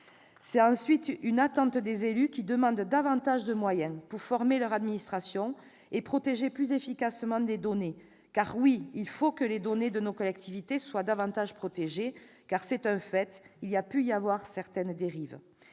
C'est ensuite une attente des élus, qui demandent davantage de moyens pour former leur administration et protéger plus efficacement les données, car, oui, il faut que les données de nos collectivités soient davantage protégées parce qu'il a pu y avoir, c'est un fait,